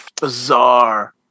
Bizarre